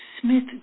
Smith